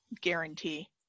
guarantee